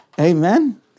Amen